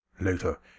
Later